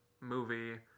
movie